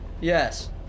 Yes